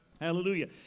Hallelujah